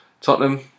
Tottenham